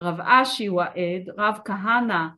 רב אשי ועד רב כהנא